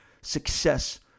success